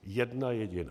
Jedna jediná.